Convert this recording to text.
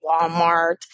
Walmart